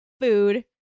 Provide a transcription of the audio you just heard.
food